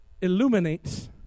illuminates